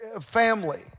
family